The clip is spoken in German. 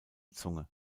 zunge